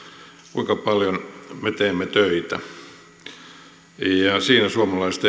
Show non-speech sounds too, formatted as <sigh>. kuinka paljon me teemme töitä siinä suomalaiset <unintelligible>